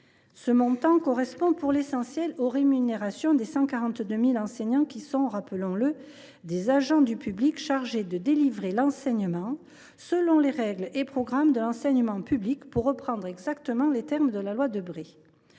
Ce montant correspond pour l’essentiel aux rémunérations des 142 000 enseignants, qui sont, rappelons le, des agents du public chargés de délivrer l’enseignement « selon les règles et programmes de l’enseignement public », pour reprendre les termes exacts de la loi Debré.